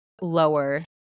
lower